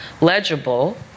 legible